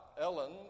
Ellen